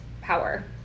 power